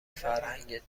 فرهنگت